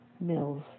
Mills